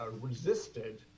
resisted